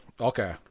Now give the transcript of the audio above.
Okay